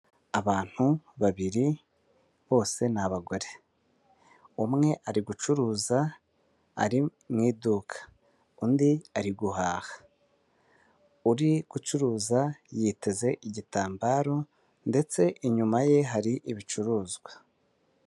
Abantu babiri bose ni abagore. Umwe ari gucuruza ari mu iduka, undi ari guhaha. Uri gucuruza yiteze igitambaro, ndetse inyuma ye hari ibicuruzwa.